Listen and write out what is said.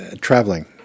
traveling